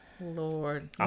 Lord